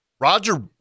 Roger